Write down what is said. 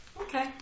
Okay